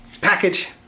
package